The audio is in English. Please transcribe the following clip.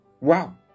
wow